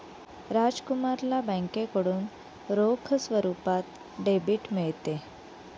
राजकुमारला बँकेकडून रोख स्वरूपात डेबिट मिळते